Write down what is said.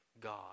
God